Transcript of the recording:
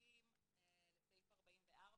סעיף 9,